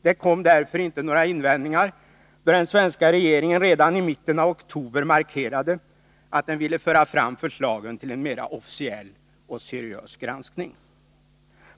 Det kom därför inte några invändningar då den svenska regeringen redan i mitten av oktober markerade att den ville föra fram förslagen till en mera officiell och seriös granskning.